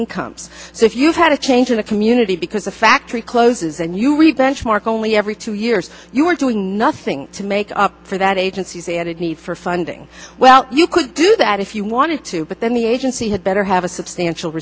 incomes so if you've had a change in the community because a factory closes and you read benchmark only every two years you're doing nothing to make up for that agency's added need for funding well you could do that if you wanted to but then the agency had better have a substantial